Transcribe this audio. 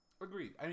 Agreed